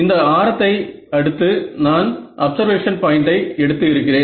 இந்த ஆரத்தை அடுத்து நான் அப்சர்வேஷன் பாயின்டை எடுத்து இருக்கிறேன்